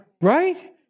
right